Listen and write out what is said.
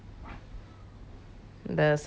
the size ah they put on weight a lot ah